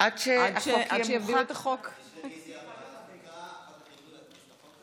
(הישיבה נפסקה בשעה 18:27 ונתחדשה בשעה 20:11.)